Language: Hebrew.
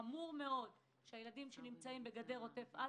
חמור מאד שהילדים שנמצאים בגדר עוטף עזה,